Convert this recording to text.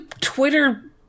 Twitter